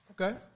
Okay